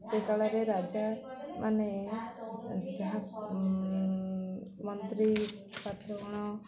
ସେ କଳାରେ ରାଜାମାନେ ଯାହା ମନ୍ତ୍ରୀ ପାଠଗଣ